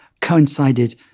coincided